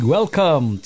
Welcome